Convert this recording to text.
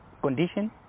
condition